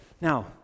Now